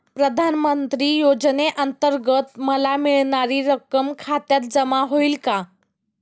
प्रधानमंत्री योजनेअंतर्गत मला मिळणारी रक्कम खात्यात जमा होईल का?